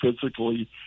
physically